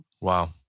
Wow